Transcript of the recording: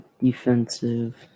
Defensive